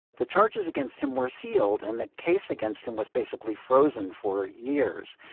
the charges against him were sealed, and the case against him was basically frozen for years.